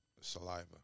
saliva